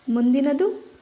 ಮುಂದಿನದು